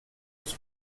was